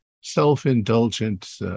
self-indulgent